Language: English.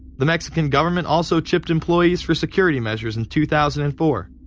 the mexican government also chipped employees for security measures in two thousand and four.